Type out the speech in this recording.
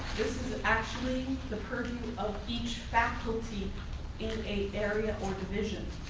this is actually the purview of each faculty in a area or division.